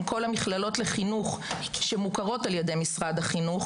כל המכללות לחינוך שמוכרות על ידי משרד החינוך,